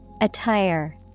Attire